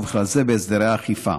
ובכלל זה בהסדרי האכיפה.